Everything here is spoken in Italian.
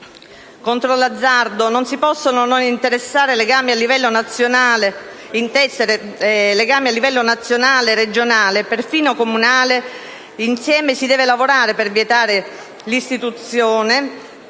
Contro l'azzardo non si possono non intessere legami a livello nazionale, regionale e perfino comunale: insieme si deve lavorare per vietare l'istituzione